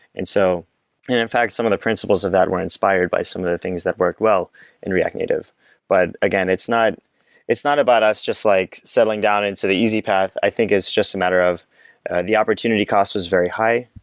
and so in in fact, some of the principles of that were inspired by some of the things that work well in react native but again, it's not it's not about us just like settling down so the easy path, i think is just a matter of the opportunity cost was very high,